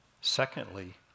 Secondly